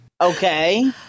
Okay